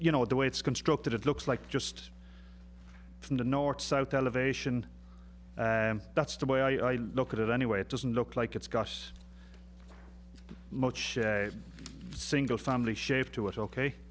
you know the way it's constructed it looks like just from the north south elevation that's the way i look at it anyway it doesn't look like it's gushed much single family shave to it ok